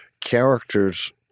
characters